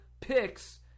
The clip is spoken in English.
picks